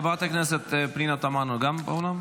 של חבר הכנסת יצחק קרויזר וקבוצת חברי הכנסת.